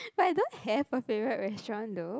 but I don't have a favourite restaurant though